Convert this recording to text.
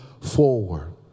forward